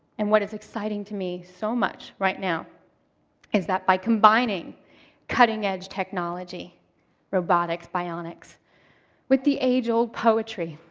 and what is exciting to me so much right now is that by combining cutting-edge technology robotics, bionics with the age-old poetry,